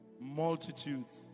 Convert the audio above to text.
multitudes